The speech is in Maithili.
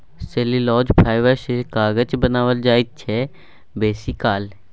सैलुलोज फाइबर सँ कागत बनाएल जाइ छै बेसीकाल